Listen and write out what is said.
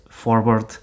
Forward